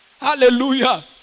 Hallelujah